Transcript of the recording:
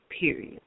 Period